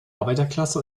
arbeiterklasse